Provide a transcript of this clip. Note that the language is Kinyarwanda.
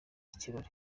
kirori